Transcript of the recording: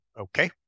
Okay